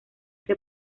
que